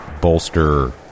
bolster